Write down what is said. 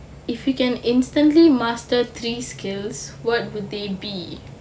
if you can instantly master three skills what would they be